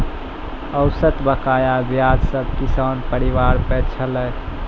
औसत बकाया ब्याज सब किसान परिवार पर छलै